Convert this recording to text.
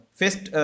first